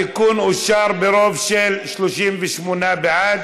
התיקון אושר ברוב של 38 בעד,